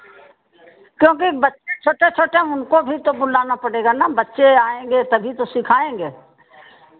क्योंकि बच्चे छोटे छोटे उनको भी तो बुलाना पड़ेगा ना बच्चे आएँगे तभी तो सिखाएँगे